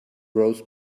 roast